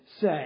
say